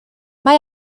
mae